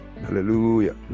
Hallelujah